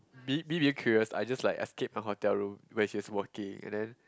be being very curious I just like escaped my hotel room when she was working and then